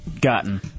gotten